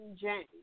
James